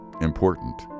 important